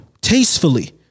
Tastefully